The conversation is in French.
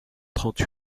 trente